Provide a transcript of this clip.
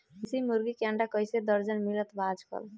देशी मुर्गी के अंडा कइसे दर्जन मिलत बा आज कल?